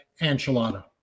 enchilada